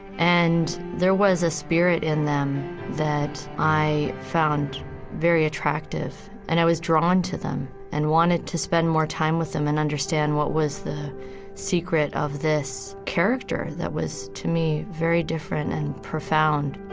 and there was a spirit in them that i found very attractive. and i was drawn to them and wanted to spend more time with them, and understand what was the secret of this character that was, to me, very different and profound